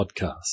podcast